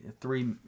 three